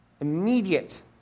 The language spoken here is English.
immediate